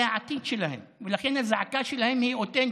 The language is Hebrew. זה העתיד שלהם ולכן הזעקה שלהם היא אותנטית.